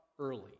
early